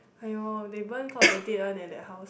!aiyo! they burn for the dead one leh that house